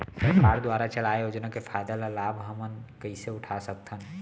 सरकार दुवारा चलाये योजना के फायदा ल लाभ ल हमन कइसे उठा सकथन?